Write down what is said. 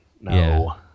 No